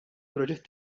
proġett